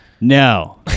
no